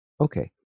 Okay